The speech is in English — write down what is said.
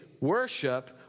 worship